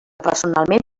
personalment